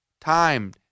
time